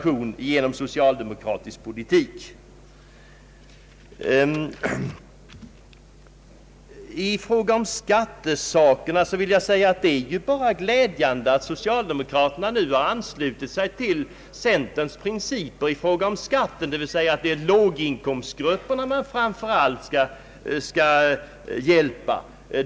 I fråga om skatterna vill jag säga att det är bara glädjande att socialdemokraterna nu har anslutit sig till centerns principer i fråga om skatten, d.v.s. att det är låginkomstgrupperna man framför allt skall hjälpa.